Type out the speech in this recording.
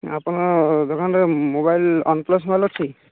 ଆପଣ ଦୋକାନରେ mobile OnePlus ମାଲ ଅଛି